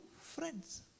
friends